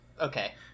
Okay